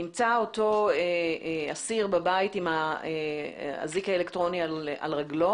נמצא אותו אסיר בבית עם האזיק האלקטרוני על רגל.